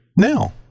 now